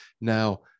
now